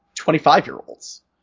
25-year-olds